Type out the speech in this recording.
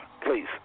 please